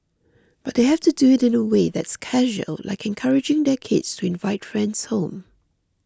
but they have to do it in a way that's casual like encouraging their kids to invite friends home